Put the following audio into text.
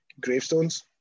gravestones